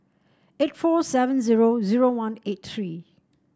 eight four seven zero zero one eight three